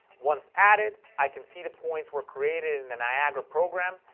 once added i can see the points were created in the niagara program,